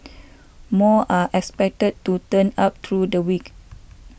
more are expected to turn up through the week